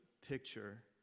picture